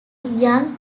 young